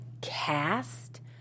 cast